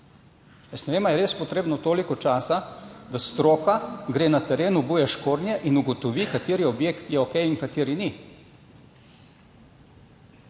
vem, ali je res potrebno toliko časa, da stroka gre na teren, obuja škornje in ugotovi, kateri objekt je okej in kateri ni.